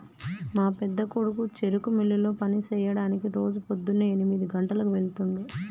మా పెద్దకొడుకు చెరుకు మిల్లులో పని సెయ్యడానికి రోజు పోద్దున్నే ఎనిమిది గంటలకు వెళ్తుండు